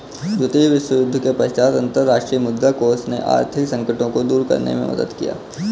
द्वितीय विश्वयुद्ध के पश्चात अंतर्राष्ट्रीय मुद्रा कोष ने आर्थिक संकटों को दूर करने में मदद किया